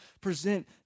present